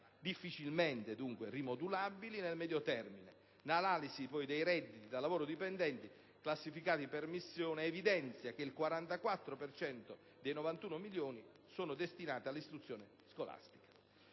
difficilmente rimodulabili nel medio termine. L'analisi dei redditi da lavoro dipendente classificati per missione evidenza che il 44 per cento dei 91 milioni è destinato all'istruzione scolastica.